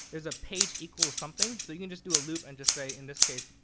there's a page equal something. so you can just do a loop and just say, in this case,